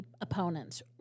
opponents